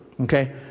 okay